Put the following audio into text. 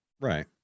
Right